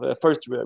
first